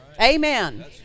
Amen